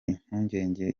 impungenge